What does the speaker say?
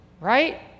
right